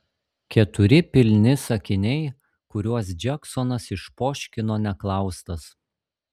keturi pilni sakiniai kuriuos džeksonas išpoškino neklaustas